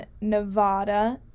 Nevada